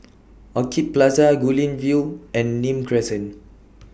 Orchid Plaza Guilin View and Nim Crescent